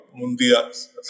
mundia